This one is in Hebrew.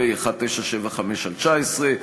פ/1975/19,